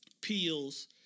Peels